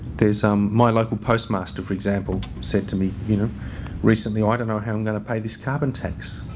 there's um my local postmaster for example, said to me you know recently, oh i don't know how i'm going to pay this carbon tax.